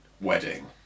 Wedding